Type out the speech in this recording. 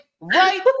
right